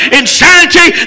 insanity